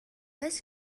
let’s